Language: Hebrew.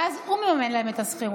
ואז הוא מממן להם את השכירות.